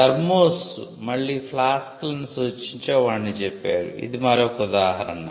thermos మళ్ళీ ఫ్లాస్క్లను సూచించే వాణిజ్య పేరు ఇది మరొక ఉదాహరణ